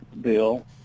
bill